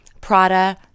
Prada